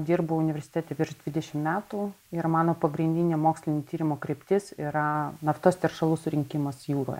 dirbu universitete virš dvidešim metų ir mano pagrindinė mokslinių tyrimų kryptis yra naftos teršalų surinkimas jūroj